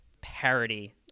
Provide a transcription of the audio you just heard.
parody